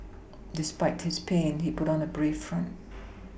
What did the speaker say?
despite his pain he put on a brave front